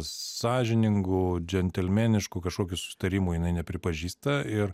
sąžiningų džentelmeniškų kažkokių susitarimų jinai nepripažįsta ir